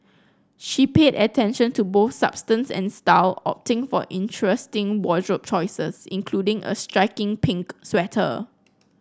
she paid attention to both substance and style opting for interesting wardrobe choices including a striking pink sweater